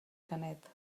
canet